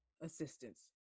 assistance